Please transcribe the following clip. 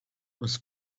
was